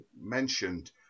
mentioned